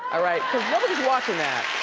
ah right? cause nobody's watching that.